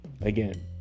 again